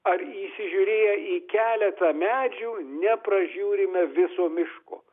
ar įsižiūrėję į keletą medžių nepražiūrime viso miško